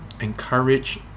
encourage